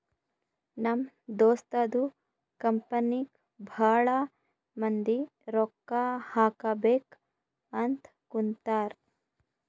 ನಮ್ ದೋಸ್ತದು ಕಂಪನಿಗ್ ಭಾಳ ಮಂದಿ ರೊಕ್ಕಾ ಹಾಕಬೇಕ್ ಅಂತ್ ಕುಂತಾರ್